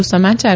વધુ સમાચાર